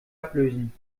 ablösen